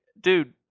dude